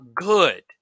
good